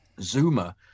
zuma